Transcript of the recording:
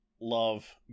love